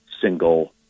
single